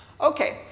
Okay